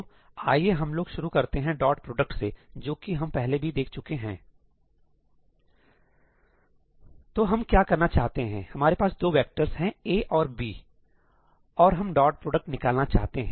तो आइए हम लोग शुरू करते हैं डॉट प्रोडक्ट से जो कि हम पहले भी देख चुके हैं तो हम क्या करना चाहते हैं हमारे पास दो वेक्टर्स हैं A और B और हम डॉट प्रोडक्ट निकालना चाहते हैं